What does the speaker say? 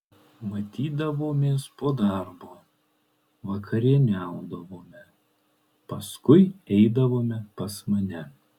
matydavomės po darbo vakarieniaudavome paskui eidavome pas mane